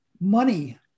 money